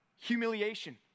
humiliation